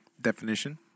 definition